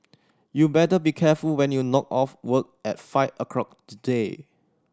you better be careful when you knock off work at five o'clock today